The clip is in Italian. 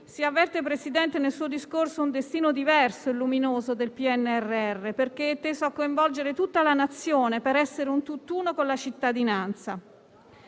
discorso, presidente Draghi, un destino diverso e luminoso del PNRR perché è teso a coinvolgere tutta la Nazione, per essere un tutt'uno con la cittadinanza.